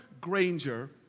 Granger